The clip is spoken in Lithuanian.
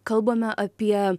kalbame apie